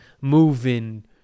moving